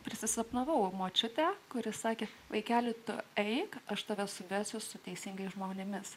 prisisapnavau močiutę kuri sakė vaikeli tu eik aš tave suvesiu su teisingais žmonėmis